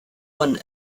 one